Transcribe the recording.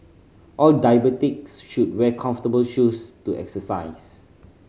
all diabetics should wear comfortable shoes to exercise